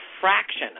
fraction